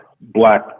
black